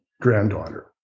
granddaughter